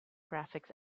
graphics